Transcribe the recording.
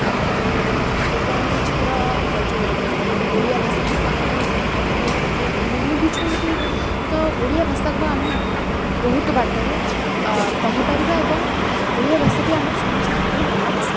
ତା'ପରେ ଲୋକମାନେ ଚିତ୍ର ଯେଉଁ ଓଡ଼ିଆ ଭାଷାଟିକୁ ଆମର ବୁଣିବିଛନ୍ତି ତ ଓଡ଼ିଆ ଭାଷାକୁ ଆମେ ବହୁତ ବାଟରେ କହିପାରିବା ଏବଂ ଓଡ଼ିଆ ଭାଷାଟି ଆମର ସମସ୍ତଙ୍କଠାରୁ ଭଲ ଭାଷା